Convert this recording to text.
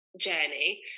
journey